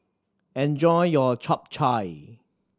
enjoy your Chap Chai